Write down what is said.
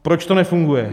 Proč to nefunguje?